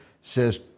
says